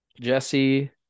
Jesse